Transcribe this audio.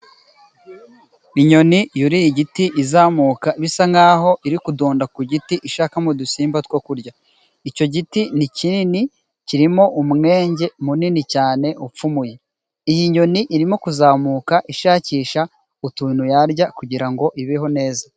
Inyoni yuriye igiti izamuka bisa nk'aho iri kudonda ku giti ishakamo udusimba two kurya. Icyo giti ni kinini, kirimo umwenge munini cyane upfumuye. Iyi nyoni irimo kuzamuka ishakisha utuntu yarya kugira ngo ibeho neza.